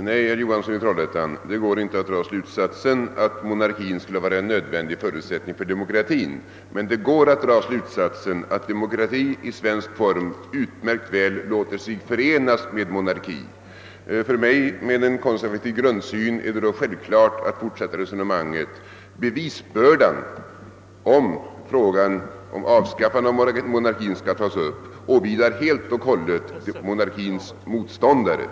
Nej, herr Johansson i Trollhättan, det går inte att dra slutsatsen att monarkin skulle vara en nödvändig förutsättning för demokratin, men det går att dra slutsatsen att demokrati i svensk form utmärkt väl låter sig förenas med monarki. För mig som har en konservativ grundsyn är det då självklart att fortsätta resonemanget på följande sätt. Bevisbördan, om frågan om avskaffande av monarkin skall tas upp, åvilar helt och hållet monarkins motståndare.